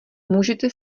můžete